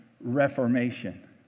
Reformation